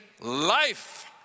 life